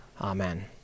Amen